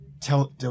tell